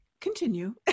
Continue